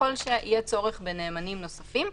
ככל שיהיה צורך בנאמנים נוספים.